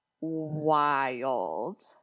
wild